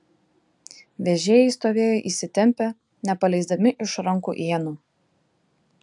vežėjai stovėjo įsitempę nepaleisdami iš rankų ienų